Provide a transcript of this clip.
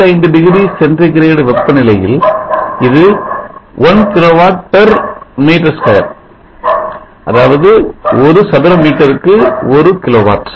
25 degree சென்டிகிரேடுவெப்பநிலையில் இது 1 kW meter square